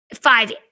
five